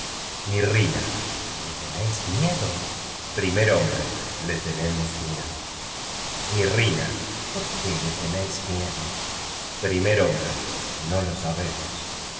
órdenes mirrina le tenéis miedo primer hombre le tenemos miedo mirrina por qué le tenéis miedo primer hombre no lo sabemos